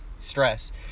Stress